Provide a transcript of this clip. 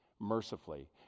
mercifully